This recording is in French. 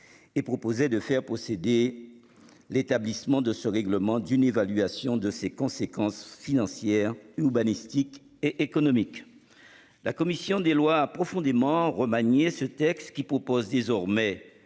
et proposé de faire procéder. L'établissement de ce règlement d'une évaluation de ses conséquences financières urbanistique et économiques. La commission des lois a profondément remanié ce texte qui propose désormais